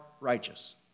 righteous